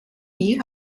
mich